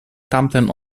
tamten